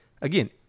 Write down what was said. again